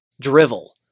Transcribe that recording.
drivel